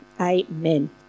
amen